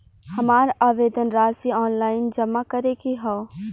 हमार आवेदन राशि ऑनलाइन जमा करे के हौ?